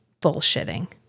bullshitting